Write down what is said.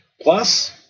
Plus